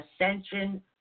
ascension